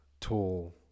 tall